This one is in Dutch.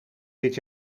dit